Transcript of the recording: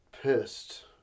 pissed